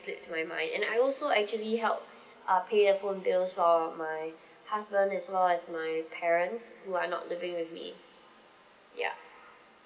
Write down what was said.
slipped my mind and I also actually help uh pay the phone bills for my husband as well as my parents who are not living with me ya